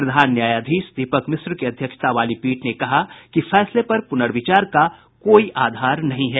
प्रधान न्यायाधीश दीपक मिश्रा की अध्यक्षता वाली पीठ ने कहा कि फैसले पर पुनर्विचार का कोई आधार नहीं है